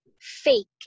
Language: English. fake